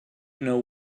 know